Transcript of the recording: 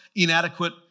inadequate